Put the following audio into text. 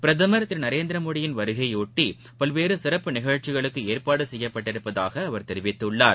பிரதமர் திரு நரேந்திர மோடியின் வருகையையாட்டி பல்வேறு சிறப்பு நிகழ்ச்சிகளுக்கு ஏற்பாடு செய்யப்பட்டுள்ளதாக அவர் தெரிவித்துள்ளார்